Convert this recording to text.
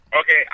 okay